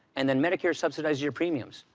and then medicare subsidizes your premiums,